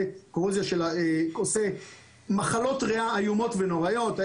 עושה מחלות ריאה איומות ונוראיות,